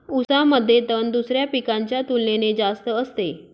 ऊसामध्ये तण दुसऱ्या पिकांच्या तुलनेने जास्त असते